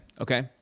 okay